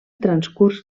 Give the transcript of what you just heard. transcurs